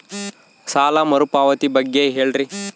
ಸಾಲ ಮರುಪಾವತಿ ಬಗ್ಗೆ ಹೇಳ್ರಿ?